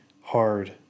hard